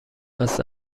است